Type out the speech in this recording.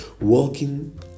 walking